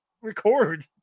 record